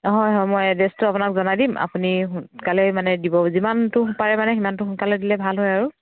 অ হয় হয় মই এড্ৰেছটো আপোনাক জনাই দিম আপুনি কাইলৈ মানে দিব যিমানটো পাৰে মানে সিমানটো সোনকালে দিলে ভাল হয় আৰু